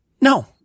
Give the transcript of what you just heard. No